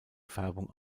färbung